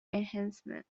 enhancement